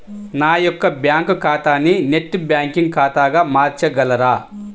నా యొక్క బ్యాంకు ఖాతాని నెట్ బ్యాంకింగ్ ఖాతాగా మార్చగలరా?